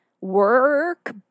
work